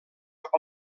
cap